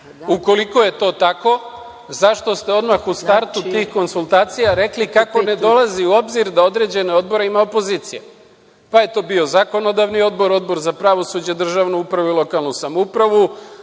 je to tako, zašto ste odmah u startu tih konsultacija rekli kako ne dolazi u obzir da određene odbore ima opozicija? Pa je to bio Zakonodavni odbor, Odbor za pravosuđe, državnu upravu i lokalnu samoupravu,